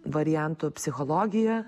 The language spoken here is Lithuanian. variantų psichologija